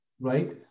Right